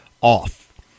off